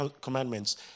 commandments